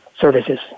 services